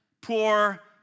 poor